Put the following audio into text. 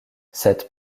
cette